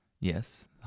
yes